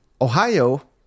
Ohio